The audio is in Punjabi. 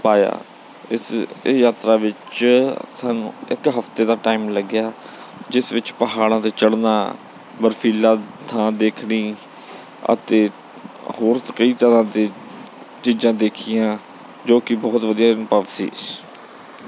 ਪਾਇਆ ਇਸ ਯਾਤਰਾ ਵਿੱਚ ਸਾਨੂੰ ਇੱਕ ਹਫਤੇ ਦਾ ਟਾਈਮ ਲੱਗਿਆ ਜਿਸ ਵਿੱਚ ਪਹਾੜਾਂ 'ਤੇ ਚੜ੍ਹਨਾ ਬਰਫੀਲਾ ਥਾਂ ਦੇਖਣੀ ਅਤੇ ਹੋਰ ਕਈ ਤਰ੍ਹਾ ਦੀਆਂ ਚੀਜ਼ਾਂ ਦੇਖੀਆਂ ਜੋ ਕਿ ਬਹੁਤ ਵਧੀਆ ਵਾਪਸੀ